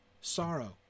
sorrow